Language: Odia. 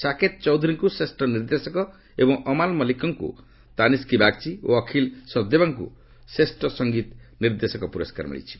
ସାକେତ୍ ଚୌଧୁରୀଙ୍କୁ ଶ୍ରେଷ୍ଠ ନିର୍ଦ୍ଦେଶକ ଏବଂ ଅମାଲ ମଲ୍ଲିକ ତାନିସ୍କ ବାଗ୍ଚୀ ଓ ଅଖିଲ୍ ସଚ୍ଦେବାଙ୍କୁ ଶ୍ରେଷ୍ଠ ସଙ୍ଗୀତ ନିର୍ଦ୍ଦେଶକ ପୁରସ୍କାର ମିଳିଛି